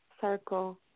circle